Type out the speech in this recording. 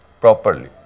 Properly